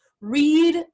read